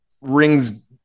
rings